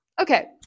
Okay